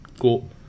cool